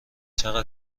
چقدر